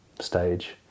stage